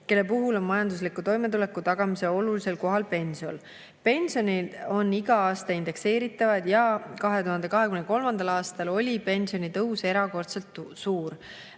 kelle puhul on majandusliku toimetuleku tagamisel olulisel kohal pension. Pensionid on iga aasta indekseeritavad ja 2023. aastal oli pensionitõus erakordselt suur.